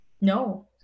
No